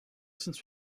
since